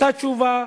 אותה תשובה,